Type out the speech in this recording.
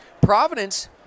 Providence